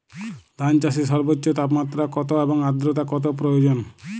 ধান চাষে সর্বোচ্চ তাপমাত্রা কত এবং আর্দ্রতা কত প্রয়োজন?